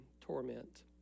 torment